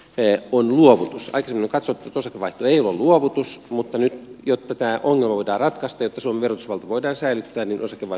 aikaisemmin on katsottu että osakevaihto ei ole luovutus mutta nyt jotta tämä ongelma voidaan ratkaista ja suomen verotusvalta voidaan säilyttää osakevaihdosta tehdään luovutus